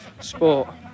sport